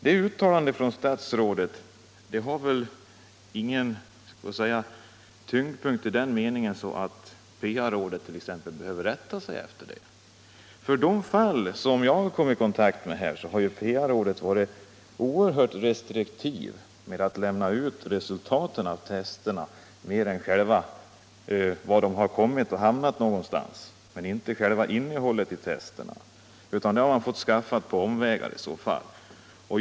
Men detta statsrådets uttalande har väl inte någon tyngdpunkt i den meningen att PA-rådet behöver rätta sig efter detta. I de fall som jag har kommit i kontakt med här har PA-rådet varit oerhört restriktivt med att lämna ut resultaten av testerna. Man har visserligen fått veta var testerna hamnat någonstans men ingenting om själva innehållet i testerna. Sådana upplysningar har man fått skaffa sig på omvägar.